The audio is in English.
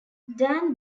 dan